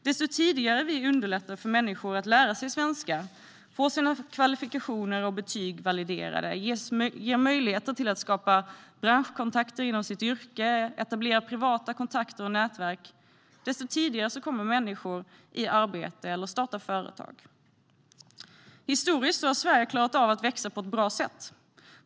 Ju tidigare vi underlättar för människor att lära sig svenska, få sina kvalifikationer och betyg validerade och få möjligheter att skapa branschkontakter inom sitt yrke och etablera privata kontakter och nätverk, desto tidigare kommer människor i arbete eller startar företag. Historiskt har Sverige klarat av att växa på ett bra sätt.